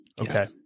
okay